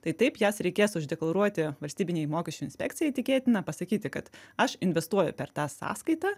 tai taip jas reikės uždeklaruoti valstybinei mokesčių inspekcijai tikėtina pasakyti kad aš investuoju per tą sąskaitą